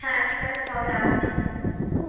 হ্যাঁ ঠিক আছে তবে রাখছি